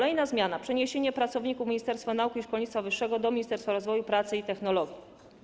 Następna zmiana obejmuje przeniesienie pracowników Ministerstwa Nauki i Szkolnictwa Wyższego do Ministerstwa Rozwoju, Pracy i Technologii.